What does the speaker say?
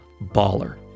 BALLER